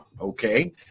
okay